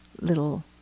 Little